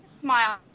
smile